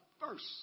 first